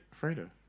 Fredo